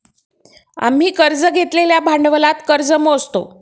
आम्ही कर्ज घेतलेल्या भांडवलात कर्ज मोजतो